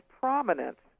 prominence